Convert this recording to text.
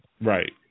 Right